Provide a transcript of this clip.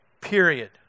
period